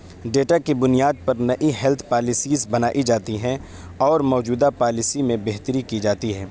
data کی بنیاد پر نئی ہیلتھ پالیسیز بنائی جاتی ہیں اور موجودہ پالیسی میں بہتری کی جاتی ہے